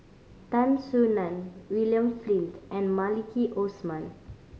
Tan Soo Nan William Flint and Maliki Osman